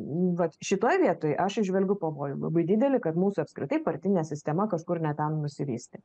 vat šitoj vietoj aš įžvelgiu pavojų labai didelį kad mūsų apskritai partinė sistema kažkur ne ten nusivystė